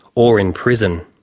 or in prison.